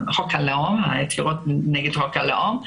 בעתירות נגד חוק הלאום,